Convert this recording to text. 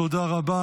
תודה רבה.